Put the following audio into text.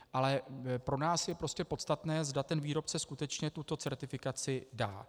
Ale pro nás je podstatné, zda ten výrobce skutečně tuto certifikaci dá.